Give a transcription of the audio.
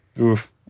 Oof